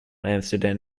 amsterdam